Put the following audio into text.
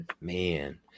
Man